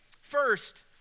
First